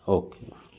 okay